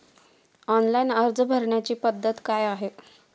Online अर्ज भरण्याची पद्धत काय आहे?